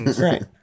right